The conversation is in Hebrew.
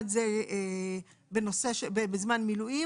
אחד הוא בזמן מילואים.